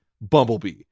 Bumblebee